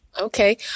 Okay